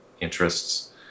interests